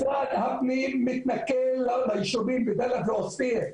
משרד הפנים מתנכל לישובים בדאליה ועוספיה,